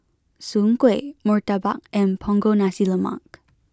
Soon Kuih Murtabak and Punggol Nasi Lemak